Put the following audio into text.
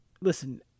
listen